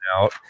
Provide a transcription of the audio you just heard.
out